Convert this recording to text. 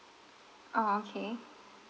oh okay